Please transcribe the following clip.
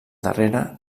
darrere